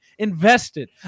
invested